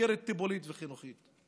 טיפולית וחינוכית.